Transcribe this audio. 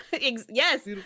Yes